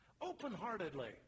open-heartedly